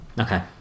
Okay